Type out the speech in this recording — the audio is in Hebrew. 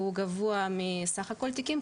והוא גבוה מסך כל התיקים,